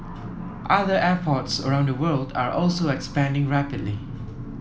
other airports around the world are also expanding rapidly